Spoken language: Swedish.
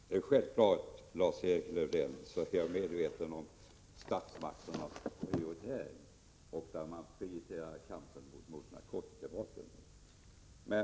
Herr talman! Det är självklart, Lars-Erik Lövdén, att jag är medveten om statsmakternas prioriteringar. Man prioriterar kampen mot narkotikabrotten.